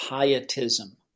pietism